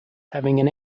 having